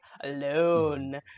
alone